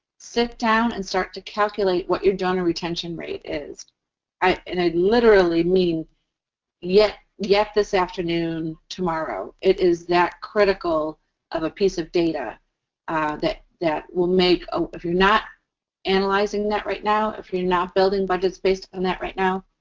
sit down and start to calculate what your donor retention rate is. and i literally mean yet yet this afternoon, tomorrow. it is that critical of a piece of data that that will make, if you're not analyzing that right now, if you're not building budgets based upon and that right now,